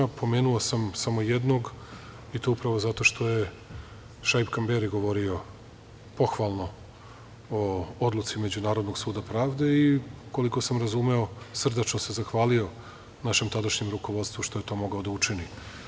Pomenuo sam samo jednog i to upravo zato što je Šaip Kamberi govorio pohvalno o odluci Međunarodnog suda pravde, i koliko sam razumeo, srdačno se zahvalio našem tadašnjem rukovodstvu što je to mogao da učini.